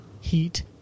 heat